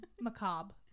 Macabre